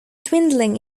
dwindling